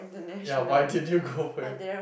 ya why didn't you go for your